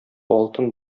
алтын